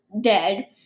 dead